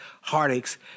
heartaches